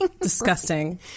Disgusting